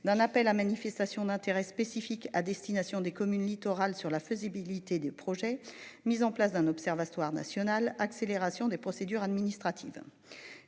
D'un appel à manifestation d'intérêt spécifique à destination des communes littorales sur la faisabilité du projet. Mise en place d'un observatoire national accélération des procédures administratives.